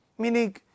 Meaning